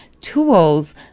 tools